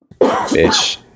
bitch